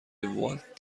والت